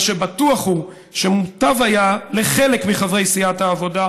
מה שבטוח הוא שמוטב היה לחלק מחברי סיעת העבודה